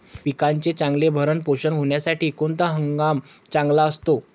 पिकाचे चांगले भरण पोषण होण्यासाठी कोणता हंगाम चांगला असतो?